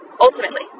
ultimately